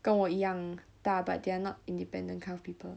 跟我一样大 but they are not independent kind of people